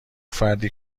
فردی